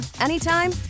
anytime